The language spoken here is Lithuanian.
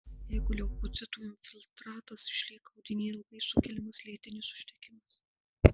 jeigu leukocitų infiltratas išlieka audinyje ilgai sukeliamas lėtinis uždegimas